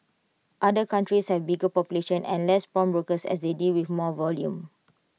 other countries have A bigger population and less pawnbrokers as they deal with more volume